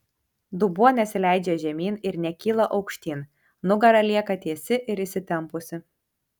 dubuo nesileidžia žemyn ir nekyla aukštyn nugara lieka tiesi ir įsitempusi